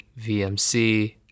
VMC